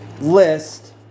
list